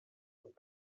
und